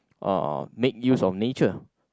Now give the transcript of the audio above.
uh make use of nature